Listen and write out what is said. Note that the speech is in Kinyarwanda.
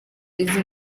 izi